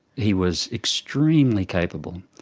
he was extremely capable,